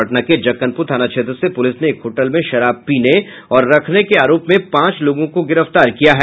पटना के जक्कनपुर थाना क्षेत्र से पुलिस ने एक होटल में शराब पीने और रखने के आरोप में पांच लोगों को गिरफ्तार किया है